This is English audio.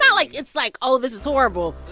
yeah like it's, like, oh, this is horrible.